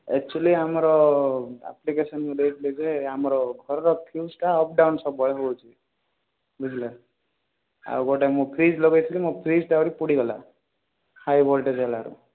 actually ଆମର application ମୁଁ ଦେଇଥିଲି ଯେ ଆମର ଘରର ଫ୍ୟୁଜଟା ଅପ୍ ଡାଉନ୍ ସବୁବେଳେ ହେଉଛି ବୁଝିଲେ ଆଉ ଗୋଟେ ମୁଁ ଫ୍ରିଜ୍ ଲଗାଇଥିଲି ମୋ ଫ୍ରିଜଟା ଆହୁରି ପୋଡ଼ିଗଲା ହାଇ ଭୋଲଟେଜ୍ ହେଲାରୁ